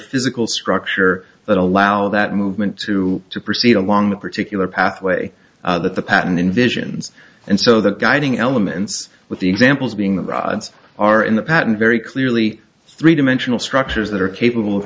physical structure that allow that movement to proceed along the particular pathway that the pattern envisions and so the guiding elements with the examples being the rods are in the pattern very clearly three dimensional structures that are capable of